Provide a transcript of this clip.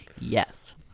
Yes